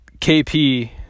KP